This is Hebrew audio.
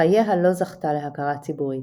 בחייה לא זכתה להכרה ציבורית.